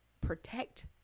protect